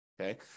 okay